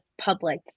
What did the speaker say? public